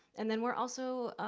and then, we're also